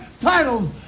titles